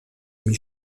amis